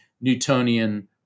newtonian